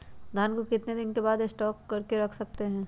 धान को कितने दिन को गोदाम में स्टॉक करके रख सकते हैँ?